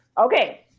okay